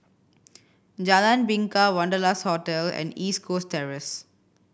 Jalan Bingka Wanderlust Hotel and East Coast Terrace